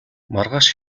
маргааш